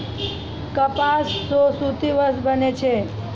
कपास सॅ सूती वस्त्र बनै छै